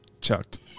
chucked